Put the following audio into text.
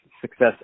success